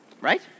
Right